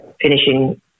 finishing